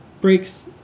breaks